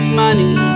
money